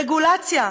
רגולציה.